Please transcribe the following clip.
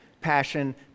passion